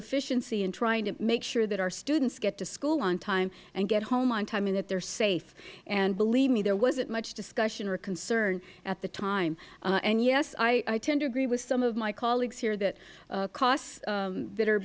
efficiency in trying to make sure that our students get to school on time and get home on time and that they are safe and believe me there was not much discussion or concern at the time and yes i tend to agree with some of my colleagues here that costs that are